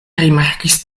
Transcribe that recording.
rimarkis